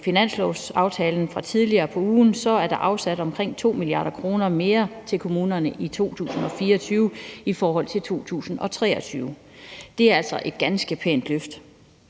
finanslovsaftalen fra tidligere på ugen er der afsat omkring 2 mia. kr. mere til kommunerne i 2024 i forhold til 2023. Det er altså et ganske pænt løft.